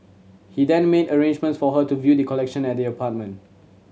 he then made arrangements for her to view the collection at the apartment